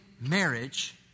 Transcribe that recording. marriage